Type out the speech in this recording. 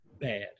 bad